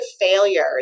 failure